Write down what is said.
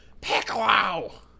Piccolo